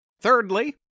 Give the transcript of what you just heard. Thirdly